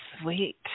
sweet